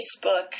Facebook